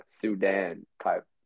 Sudan-type